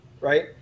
Right